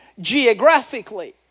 geographically